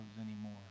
anymore